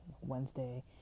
Wednesday